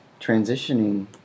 transitioning